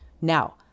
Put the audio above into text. Now